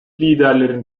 liderlerin